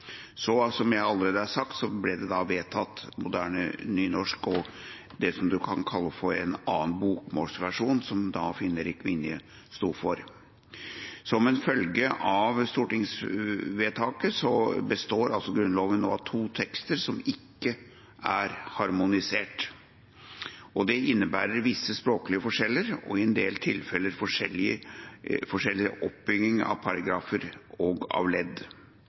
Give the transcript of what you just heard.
Som jeg allerede har sagt, ble det vedtatt et moderne nynorsk og det man kan kalle for en annen bokmålsversjon, som Finn-Erik Vinje sto for. Som en følge av stortingsvedtaket består Grunnloven nå av to tekster som ikke er harmonisert, og det innebærer visse språklige forskjeller og i en del tilfeller forskjellig oppbygging av paragrafer og ledd.